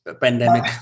pandemic